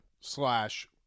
slash